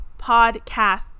podcasts